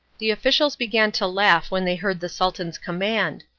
the officials began to laugh when they heard the sultan's command,